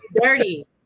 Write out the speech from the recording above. Dirty